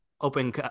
open